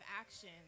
action